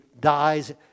dies